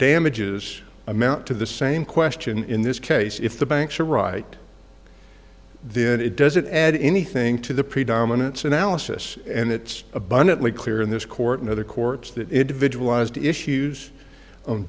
damages amount to the same question in this case if the banks are right then it doesn't add anything to the predominance analysis and it's abundantly clear in this court and other courts that individualized issues